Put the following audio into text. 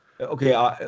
Okay